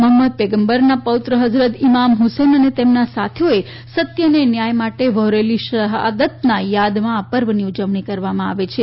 મહમદ પયંગબરના પૌત્ર હઝરત ઇમામ હુસેન અને તેમના સાથીઓએ સત્ય અને ન્યાય માટે વહોરેલી શહાદતની યાદમાં આ પર્વની ઉજવણી કરાવમાં આવે છે